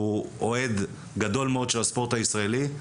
והוא אוהד גדול מאוד של הספורט הישראלי,